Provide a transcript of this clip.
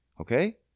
Okay